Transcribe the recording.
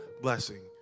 blessing